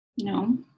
No